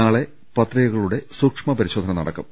നാളെ പത്രികകളുടെ സൂക്ഷ്മ പരിശോധന നടക്കും